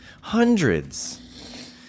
hundreds